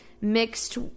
mixed